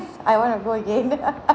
I want to go again